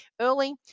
early